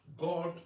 God